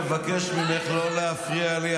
אני מבקש ממך לא להפריע לי.